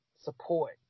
support